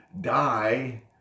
die